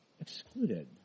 excluded